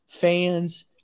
fans